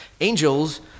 angels